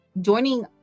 joining